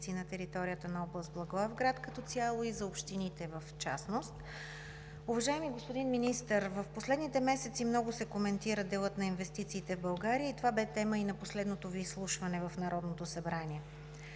на територията на област Благоевград като цяло и за общините в частност. Уважаеми господин Министър, в последните месеци много се коментира делът на инвестициите в България. Това бе тема и на последното Ви изслушване в Народното събрание.